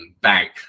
bank